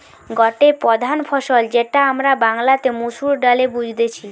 গটে প্রধান ফসল যেটা আমরা বাংলাতে মসুর ডালে বুঝতেছি